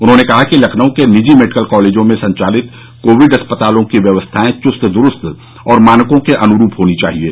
उन्होंने कहा कि लखनऊ के निजी मेडिकल कॉलेजों में संचालित कोविड अस्पतालों की व्यवस्थाए चुस्त दुरूस्त और मानकों के अनुरूप होनी चाहिये